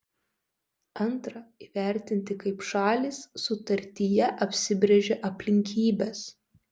antra įvertinti kaip šalys sutartyje apsibrėžė aplinkybes